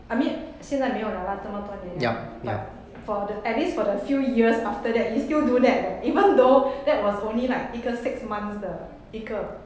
I mean 现在没有了 lah 这么多年了 but for the at least for the few years after that he still do that leh even though that was only like 一个 six months 的一个